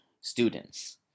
students